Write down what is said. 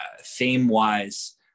Theme-wise